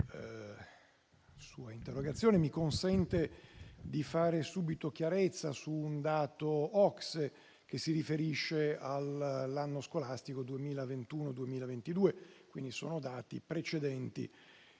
mi consente di fare subito chiarezza sul dato OCSE, che si riferisce all'anno scolastico 2021-2022. Quindi, sono dati precedenti